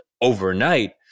overnight